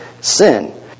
sin